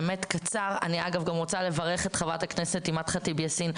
אני רוצה לברך את חברת הכנסת אימאן ח'טיב יאסין,